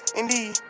indeed